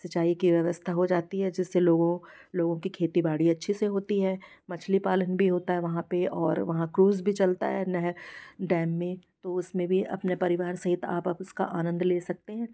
सिंचाई की व्यवस्था हो जाती है जिससे लोगों लोगों की खेती बाड़ी अच्छे से होती है मछली पालन भी होता है वहाँ पर और वहाँ क्रूज़ भी चलता है डैम में उसमें भी अपने परिवार सहित आप उसका आनंद ले सकते हैं